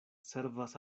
servas